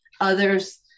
Others